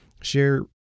share